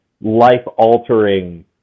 life-altering